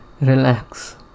relax